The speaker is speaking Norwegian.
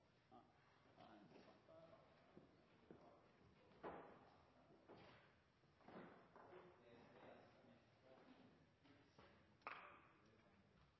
Ja, det er